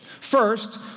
First